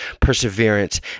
perseverance